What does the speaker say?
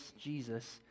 Jesus